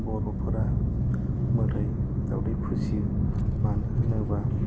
बर'फोरा मोदाय दावदाय फुजियो मानो होनोबा